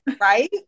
Right